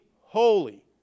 holy